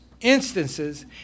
instances